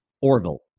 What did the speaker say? Orville